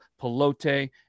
Pelote